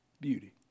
Beauty